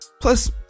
plus